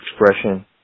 expression